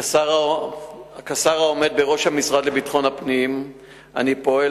כשר העומד בראש המשרד לביטחון הפנים אני פועל